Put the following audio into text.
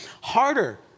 harder